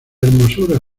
hermosura